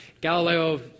Galileo